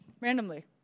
randomly